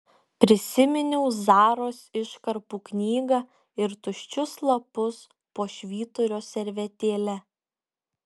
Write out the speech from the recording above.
prisiminiau zaros iškarpų knygą ir tuščius lapus po švyturio servetėle